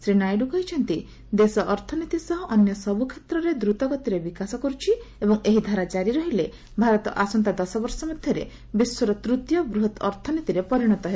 ଶ୍ରୀ ନାଇଡୁ କହିଛନ୍ତି ଦେଶ ଅର୍ଥନୀତି ସହ ଅନ୍ୟ ସବୁ କ୍ଷେତ୍ରରେ ଦ୍ରତଗତିରେ ବିକାଶ କରୁଛି ଏବଂ ଏହି ଧାରା ଜାରି ରହିଲେ ଭାରତ ଆସନ୍ତା ଦଶବର୍ଷ ମଧ୍ୟରେ ବିଶ୍ୱର ତୃତୀୟ ବୃହତ୍ ଅର୍ଥନୀତିରେ ପରିଣତ ହେବ